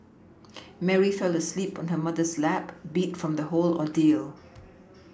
Mary fell asleep on her mother's lap beat from the whole ordeal